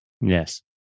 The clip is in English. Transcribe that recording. Yes